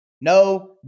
No